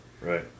Right